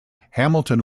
hamilton